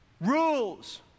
Rules